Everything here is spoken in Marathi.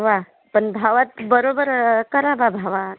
व्वा पण भावात बरोबर करा बा भावा